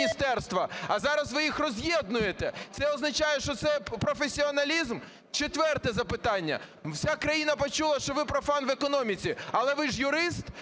а зараз ви їх роз’єднуєте. Це означає, що це професіоналізм? Четверте запитання. Вся країна почула, що ви профан в економіці. Але ви ж юрист?